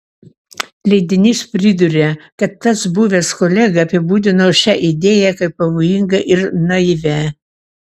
leidinys priduria kad tas buvęs kolega apibūdino šią idėją kaip pavojingą ir naivią